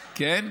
כן?